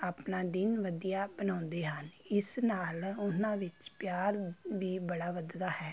ਆਪਣਾ ਦਿਨ ਵਧੀਆ ਬਣਾਉਂਦੇ ਹਨ ਇਸ ਨਾਲ ਉਹਨਾਂ ਵਿੱਚ ਪਿਆਰ ਵੀ ਬੜਾ ਵੱਧਦਾ ਹੈ